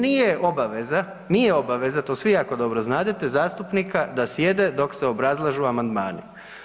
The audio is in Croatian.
Nije, nije obaveza, nije obaveza, to svi jako dobro znadete, zastupnika da sjede dok se obrazlažu amandmani.